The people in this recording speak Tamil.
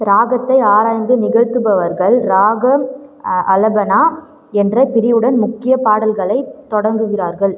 ராகத்தை ஆராய்ந்து நிகழ்த்துபவர்கள் ராகம் அலபனா என்ற பிரிவுடன் முக்கிய பாடல்களைத் தொடங்குகிறார்கள்